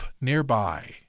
nearby